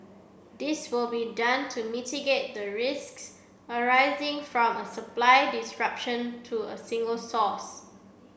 this will be done to mitigate the risks arising from a supply disruption to a single source